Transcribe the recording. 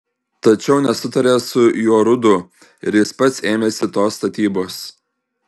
tačiau nesutarė su jorudu ir jis pats ėmėsi tos statybos